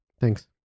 Thanks